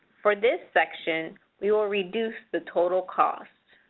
for this section we will reduce the total cost.